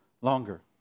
longer